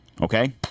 Okay